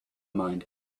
mind